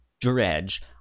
dredge